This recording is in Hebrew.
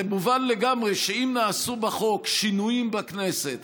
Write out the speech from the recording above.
זה מובן לגמרי שאם נעשו בחוק שינויים בכנסת